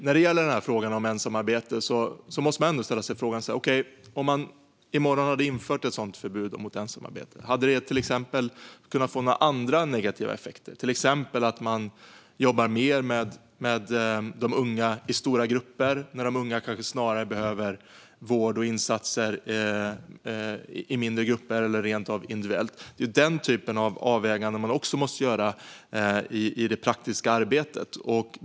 När det gäller ensamarbete är frågan också om ett förbud skulle kunna få några andra negativa effekter, till exempel att man skulle jobba mer med unga i stora grupper när de kanske snarare behöver vård och insatser i mindre grupper eller rent av individuellt. Den typen av avvägningar måste man göra i det praktiska arbetet.